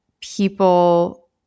people